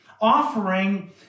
offering